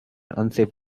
unsafe